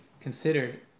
considered